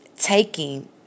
taking